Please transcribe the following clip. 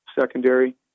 secondary